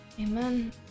Amen